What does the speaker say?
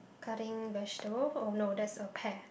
cutting vegetable oh no that's a pear